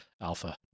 alpha